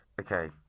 okay